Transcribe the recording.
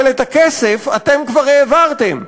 אבל את הכסף אתם כבר העברתם.